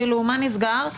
מה נסגר?